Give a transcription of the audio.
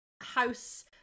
house